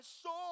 soul